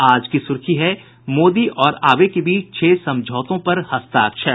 आज की सुर्खी है मोदी और आबे के बीच छह समझौते पर हस्ताक्षर